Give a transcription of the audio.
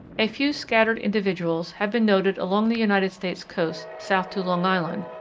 a few scattered individuals have been noted along the united states coast south to long island,